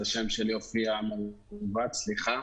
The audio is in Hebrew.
אז השם שלי הופיע מעוות, סליחה.